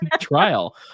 trial